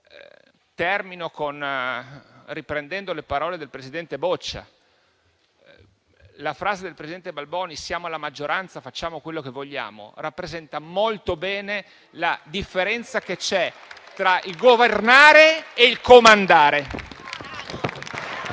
Termino riprendendo le parole del presidente Boccia. La frase del presidente Balboni «siamo la maggioranza e facciamo quello che vogliamo» rappresenta molto bene la differenza che c'è tra governare e comandare.